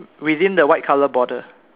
within the white colour border